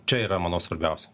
čia yra manau svarbiausia